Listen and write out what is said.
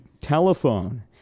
telephone